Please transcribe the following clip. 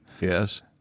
Yes